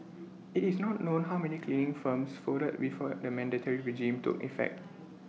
IT is not known how many cleaning firms folded before the mandatory regime took effect